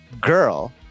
girl